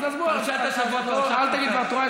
אל תגיד דבר תורה.